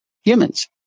humans